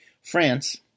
France